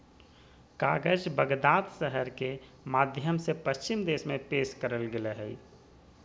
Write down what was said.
कागज बगदाद शहर के माध्यम से पश्चिम देश में पेश करल गेलय हइ